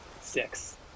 Six